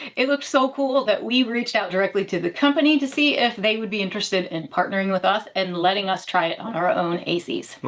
it looked so cool that we reached out directly to the company to see if they would be interested in partnering with us and letting us try it on our own a cs.